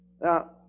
Now